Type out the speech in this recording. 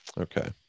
Okay